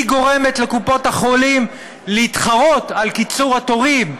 היא גורמת לקופות החולים להתחרות על קיצור התורים.